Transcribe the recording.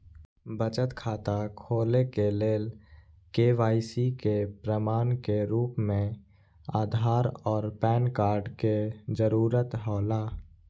बचत खाता खोले के लेल के.वाइ.सी के प्रमाण के रूप में आधार और पैन कार्ड के जरूरत हौला